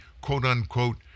quote-unquote